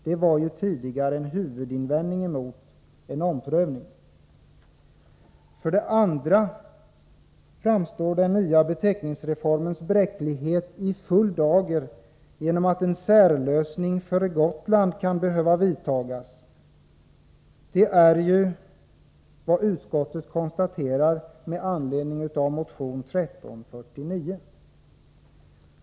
Det var ju tidigare en huvudinvändning mot en omprövning. För det andra framstår den nya beteckningsreformens bräcklighet i full dager genom att en särlösning för Gotland kan behöva vidtas. Det är vad utskottet konstaterar med anledning av motion 1349.